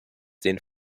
den